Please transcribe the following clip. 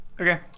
Okay